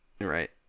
Right